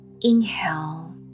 Inhale